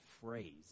phrase